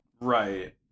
Right